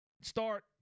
start